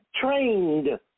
Trained